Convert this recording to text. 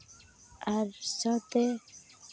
ᱟᱨ ᱥᱟᱶᱛᱮ